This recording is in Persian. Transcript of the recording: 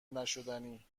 نشدنی